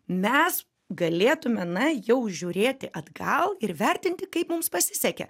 mes galėtume na jau žiūrėti atgal ir vertinti kaip mums pasisekė